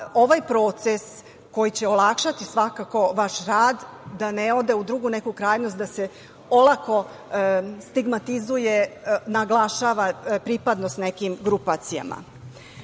ovaj proces koji će olakšati svakako vaš rad da ne ode u drugu neku krajnost, da se olako stigmatizuje, naglašava pripadnost nekim grupacijama. Svakako